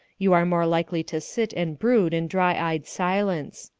you are more likely to sit and brood in dry-eyed silence.